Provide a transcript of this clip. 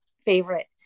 favorite